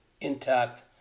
intact